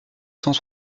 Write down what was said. cent